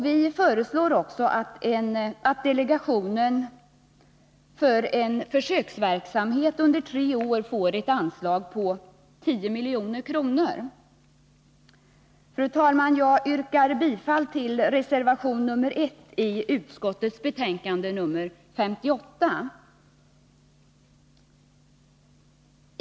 Vi föreslår också att delegationen för en försöksverksamhet under tre år får ett anslag på 10 milj.kr. Fru talman! Jag yrkar bifall till reservation nr 1, som är fogad till näringsutskottets betänkande nr 58.